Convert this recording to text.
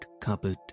cupboard